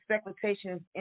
speculations